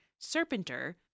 Serpenter